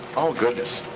oh goodness.